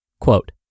Quote